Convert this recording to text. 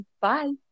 Bye